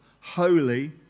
holy